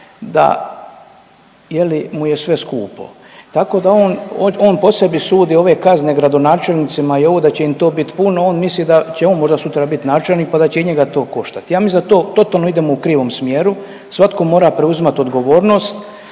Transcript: li mu je sve skupo, tako da on, on po sebi sudi ove kazne gradonačelnicima i ovo da će im to bit puno, on misli da će on možda sutra bit načelnik, pa da će i njega to koštat. Ja mislim da to totalno idemo u krivom smjeru, svatko mora preuzimati odgovornost,